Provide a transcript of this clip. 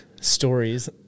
stories